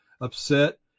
upset